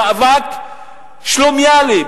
במאבק שלוֹמיאַלי,